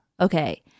Okay